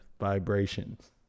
vibrations